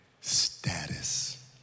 status